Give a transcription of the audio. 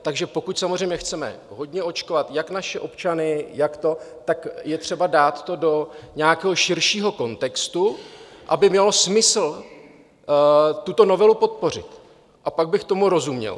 Takže pokud samozřejmě chceme hodně očkovat jak naše občany, tak je třeba dát to do nějakého širšího kontextu, aby mělo smysl tuto novelu podpořit, a pak bych tomu rozuměl.